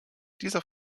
dieser